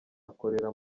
akorera